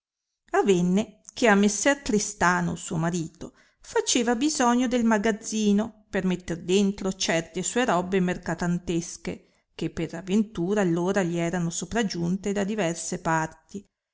avenne che a messer tristano suo marito faceva bisogno del magazzino per metter dentro certe sue robbe mercatantesche che per avventura allora gli erano sopragiunte da diverse parti